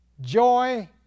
joy